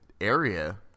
area